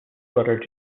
brother